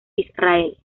israel